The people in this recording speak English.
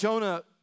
Jonah